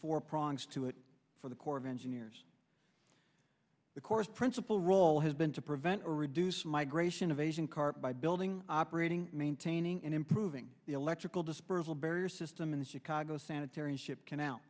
four prongs to it for the corps of engineers the course principle role has been to prevent or reduce migration of asian carp by building operating maintaining and improving the electrical dispersal barrier system in chicago sanitary and ship can